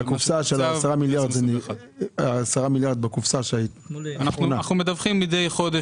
בקופסה של עשרה מיליארד --- אנחנו מדווחים מדי חודש.